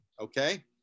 Okay